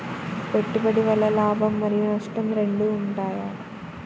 పెట్టుబడి వల్ల లాభం మరియు నష్టం రెండు ఉంటాయా?